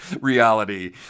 reality